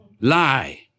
Lie